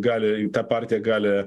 gali ta partija gali